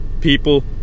people